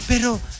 Pero